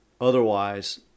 Otherwise